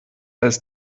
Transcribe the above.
ist